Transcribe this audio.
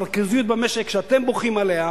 הריכוזיות במשק שאתם בוכים עליה,